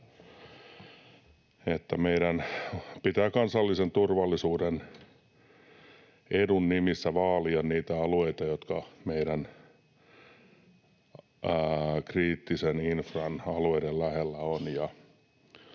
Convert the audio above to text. meidän pitää kansallisen turvallisuuden edun nimissä vaalia niitä alueita, jotka meidän kriittisen infran alueiden lähellä ovat.